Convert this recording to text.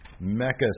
Mecca